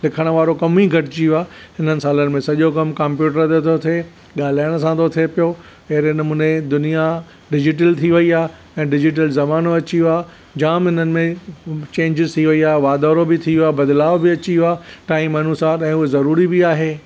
लिखणु वारो कमु ई घटिजी वियो आहे इन्हनि सालनि में सॼो कमु कंप्यूटर ते थो थिए ॻाल्हाइण सां थो थिए पियो अहिड़े नमूने दुनियां डिज़िटल थी वई आहे ऐं डिज़िटल ज़मानो अची वियो आहे जाम इन्हनि में चेंजिस थी वई आहे वाधारो बि थी वियो आहे बदिलावु बि अची वियो आहे टाइम अनुसारु ऐं उहो ज़रूरी बि आहे